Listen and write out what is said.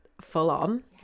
full-on